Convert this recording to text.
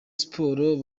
sports